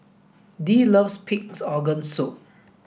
dee loves pig's organ soup